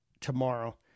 tomorrow